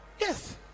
Yes